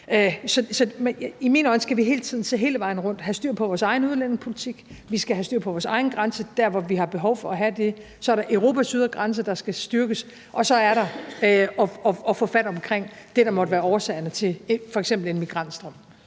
i mine øjne skal vi hele tiden se hele vejen rundt, have styr på vores egen udlændingepolitik, og vi skal have styr på vores egen grænse der, hvor vi har behov for at have det. Så er der Europas ydre grænse, der skal styrkes. Og så er der det at få fat omkring det, der måtte være årsagerne til f.eks. en migrantstrøm.